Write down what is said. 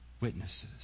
witnesses